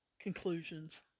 conclusions